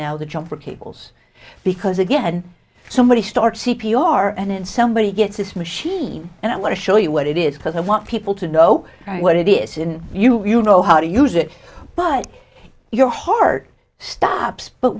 now the jumper cables because again somebody starts c p r and somebody gets this machine and i want to show you what it is because i want people to know what it is in you you know how to use it but your heart stops but